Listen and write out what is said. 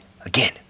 again